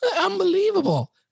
Unbelievable